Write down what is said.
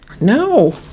no